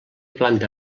planta